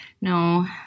no